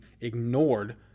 ignored